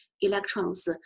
electrons